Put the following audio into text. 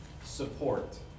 support